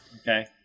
Okay